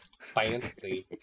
Fancy